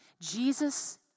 Jesus